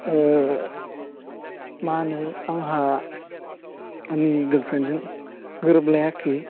मा होनो आंहा आंनि गार्लफ्रेन्डजों गोरोबलायाखै